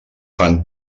fan